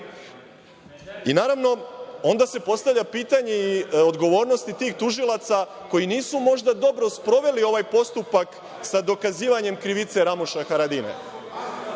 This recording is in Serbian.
Naravno, onda se postavlja pitanje i odgovornosti tih tužilaca, koji nisu možda dobro sproveli ovaj postupak sa dokazivanjem krivice Ramoša Haradinaja,